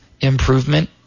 improvement